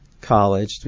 college